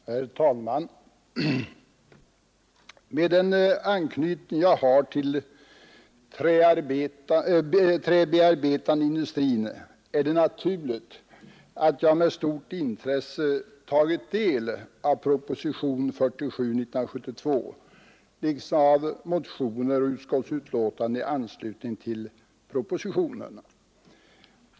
Herr talman! Med den anknytning jag har till den träbearbetande industrin är det naturligt att jag med stort intresse tagit del av propositionen 47 år 1972 liksom av motioner och utskottsbetänkande i anslutning till propositionen.